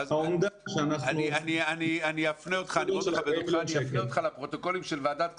אני אפנה אותך לפרוטוקולים של ועדת כספים.